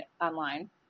online